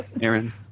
aaron